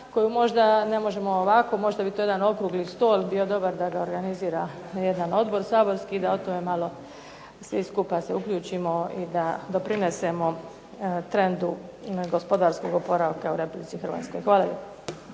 koju možda ne možemo ovako, možda bi bio dobar jedan okrugli stol da ga organizira jedan odbor saborski da o tome malo svi skupa se uključimo i da doprinesemo trendu gospodarskog oporavka u RH. Hvala